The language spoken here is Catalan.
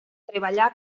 treballà